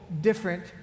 different